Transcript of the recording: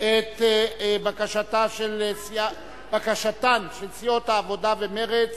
את בקשתן של סיעות העבודה ומרצ